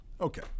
okay